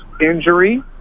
injury